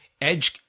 Edge